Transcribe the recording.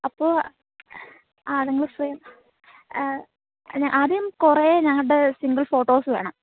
അപ്പോൾ ആ നിങ്ങൾ ഫ്രീ ആദ്യം കുറേ ഞങ്ങളുടെ സിംഗിൾ ഫോട്ടോസ് വേണം